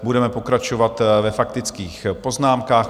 Budeme pokračovat ve faktických poznámkách.